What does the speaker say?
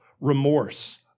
remorse